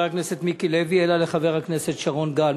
הכנסת מיקי לוי אלא לחבר הכנסת שרון גל.